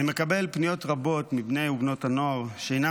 אני מקבל פניות רבות מבני ובנות הנוער שאינם